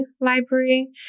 library